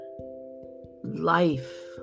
life